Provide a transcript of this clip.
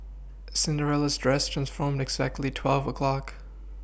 Cinderella's dress transformed exactly twelve o' clock